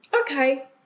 Okay